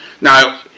Now